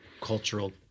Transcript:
cultural